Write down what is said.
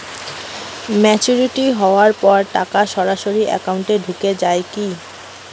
Maturity হওয়ার পর টাকা সরাসরি একাউন্ট এ ঢুকে য়ায় কি?